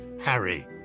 Harry